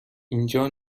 اینجا